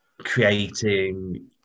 creating